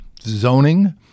zoning